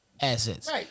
assets